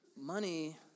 Money